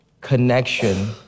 connection